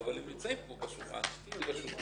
ברוב המקרים, אם קורה שעד נעלם, מה הסיבה?